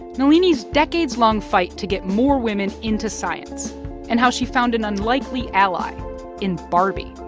nalini's decades-long fight to get more women into science and how she found an unlikely ally in barbie.